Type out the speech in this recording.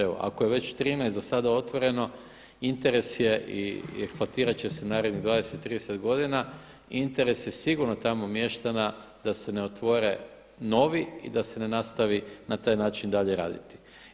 Evo, ako je već 13 do sada otvoreno interes je i eksploatirati će se narednih 20, 30 godina, interes je sigurno tamo mještana da se ne otvore novi i da se ne nastavi na taj način dalje raditi.